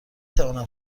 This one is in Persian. توانم